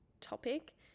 topic